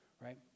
right